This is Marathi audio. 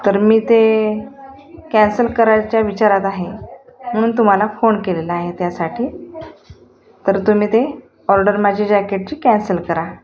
तर मी ते कॅन्सल करायच्या विचारात आहे म्हणून तुम्हाला फोन केलेला आहे त्यासाठी तर तुम्ही ते ऑर्डर माझी जॅकेटची कॅन्सल करा